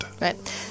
right